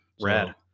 rad